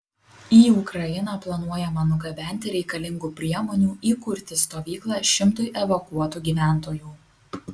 į ukrainą planuojama nugabenti reikalingų priemonių įkurti stovyklą šimtui evakuotų gyventojų